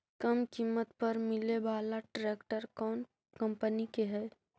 कम किमत पर मिले बाला ट्रैक्टर कौन कंपनी के है?